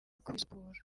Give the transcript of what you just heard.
kwisukura